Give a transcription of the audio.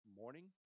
morning